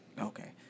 Okay